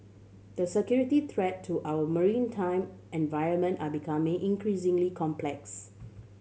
the security threat to our maritime environment are becoming increasingly complex